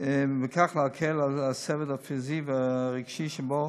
ובכך להקל על הסבל הפיזי והרגשי שבו